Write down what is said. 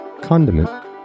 condiment